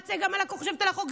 מה צגה מלקו חושבת על החוק,